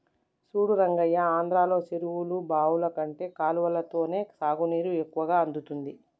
చూడు రంగయ్య ఆంధ్రలో చెరువులు బావులు కంటే కాలవలతోనే సాగునీరు ఎక్కువ అందుతుంది